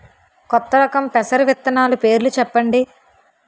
కొత్త రకం పెసర విత్తనాలు పేర్లు చెప్పండి?